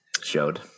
showed